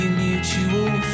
mutual